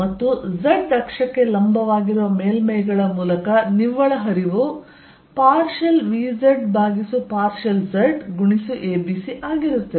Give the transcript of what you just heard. ಮತ್ತು z ಅಕ್ಷಕ್ಕೆ ಲಂಬವಾಗಿರುವ ಮೇಲ್ಮೈಗಳ ಮೂಲಕ ನಿವ್ವಳ ಹರಿವು ಪಾರ್ಷಿಯಲ್ vz ಭಾಗಿಸು ಪಾರ್ಷಿಯಲ್ z abc ಆಗಿರುತ್ತದೆ